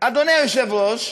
אדוני היושב-ראש,